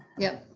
yep.